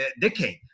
decade